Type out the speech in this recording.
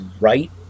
right